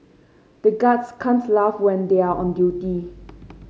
the guards can't laugh when they are on duty